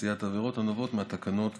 לעשיית עבירות הנובעות מהתקנות,